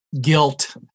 guilt